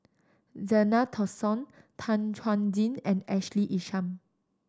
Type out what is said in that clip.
Zena Tessensohn Tan Chuan Jin and Ashley Isham